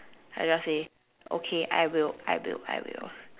I just say okay I will I will I will